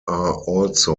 also